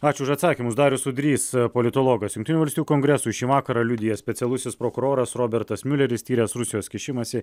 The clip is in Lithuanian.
ačiū už atsakymus darius udrys politologas jungtinių valstijų kongresui šį vakarą liudija specialusis prokuroras robertas miuleris tyręs rusijos kišimąsi